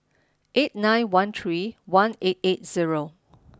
eight nine one three one eight eight zero